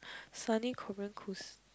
Sunny Korean